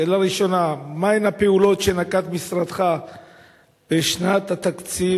שאלה ראשונה: מהן הפעולות שנקט משרדך בשנת התקציב